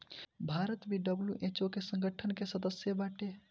भारत भी डब्ल्यू.एच.ओ संगठन के सदस्य बाटे